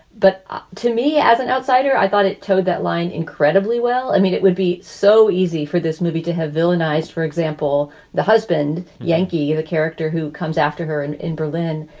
but to me, as an outsider, i thought it toed that line incredibly well. i mean, it would be so easy for this movie to have villainize, for example, the husband yanqui, the character who comes after her, and in berlin,